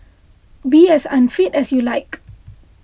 be as unfit as you like